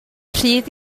rhydd